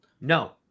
No